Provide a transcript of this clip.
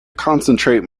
concentrate